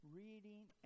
reading